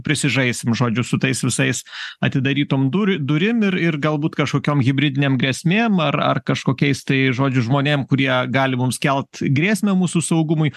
prisižaisim žodžiu su tais visais atidarytom dur durim ir ir galbūt kažkokiom hibridinėm grėsmėm ar ar kažkokiais tai žodžiu žmonėm kurie gali mums kelt grėsmę mūsų saugumui